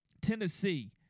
Tennessee